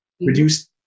Reduce